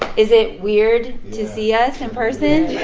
is it weird to see us in person?